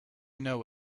know